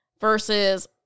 versus